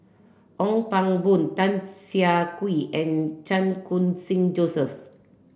Ong Pang Boon Tan Siah Kwee and Chan Khun Sing Joseph